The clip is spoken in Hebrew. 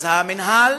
אז המינהל